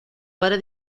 padre